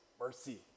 mercy